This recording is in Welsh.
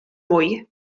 mwy